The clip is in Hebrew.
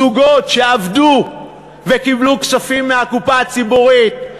זוגות שעבדו וקיבלו כספים מהקופה הציבורית,